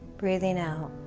breathing out